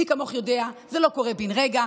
מי כמוך יודע שזה לא קורה בן רגע,